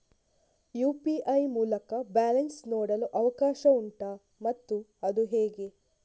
UPI ಮೂಲಕ balance ನೋಡಲು ಅವಕಾಶ ಉಂಟಾ ಮತ್ತು ಅದು ಹೇಗೆ?